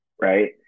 Right